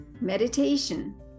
meditation